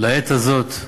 לעת הזאת,